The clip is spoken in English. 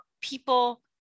people